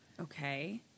Okay